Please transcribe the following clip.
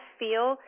feel